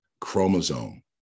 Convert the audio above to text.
chromosome